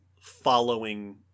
following